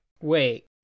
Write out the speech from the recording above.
Wait